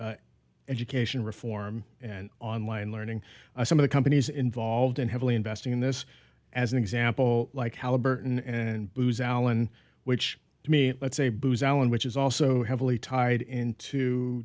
into education reform and online learning some of the companies involved and heavily invested in this as an example like halliburton and booz allen which to me that's a booz allen which is also heavily tied into